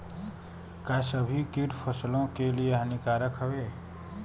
का सभी कीट फसलों के लिए हानिकारक हवें?